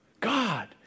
God